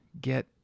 Get